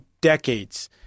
decades